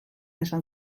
esan